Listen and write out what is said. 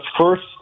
first